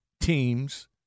teams